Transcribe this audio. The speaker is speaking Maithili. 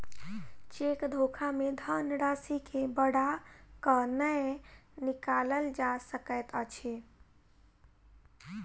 चेक धोखा मे धन राशि के बढ़ा क नै निकालल जा सकैत अछि